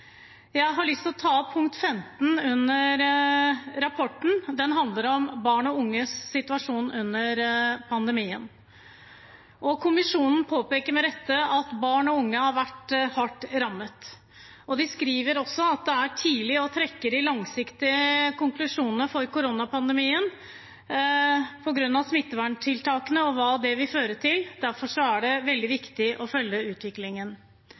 Jeg har lyst til å ta opp punkt 15 i rapporten. Det handler om barn og unges situasjon under pandemien. Kommisjonen påpeker – med rette – at barn og unge har vært hardt rammet. De skriver også at det er for tidlig å trekke de langsiktige konklusjonene når det gjelder koronapandemien, med tanke på smitteverntiltakene og hva det vil føre til. Derfor er det veldig viktig å følge utviklingen.